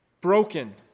broken